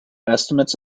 estimates